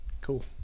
Cool